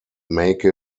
make